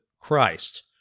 Christ